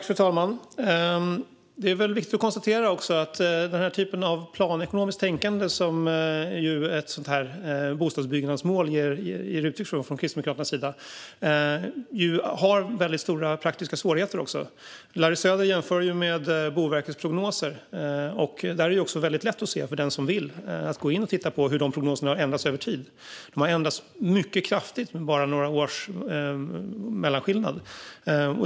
Fru talman! Den typ av planekonomiskt tänkande som ett bostadsbyggnadsmål ger uttryck för från Kristdemokraternas sida har stora praktiska svårigheter. Larry Söder jämför med Boverkets prognoser. Där är det väldigt lätt för den som vill att gå in och titta på hur prognoserna har ändrats över tid. De har ändrats mycket kraftigt med bara några års intervall.